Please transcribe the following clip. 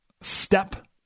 step